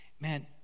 Man